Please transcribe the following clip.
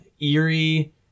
eerie